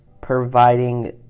providing